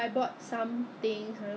!wah! 真的是那时